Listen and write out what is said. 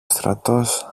στρατός